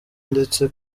ndetse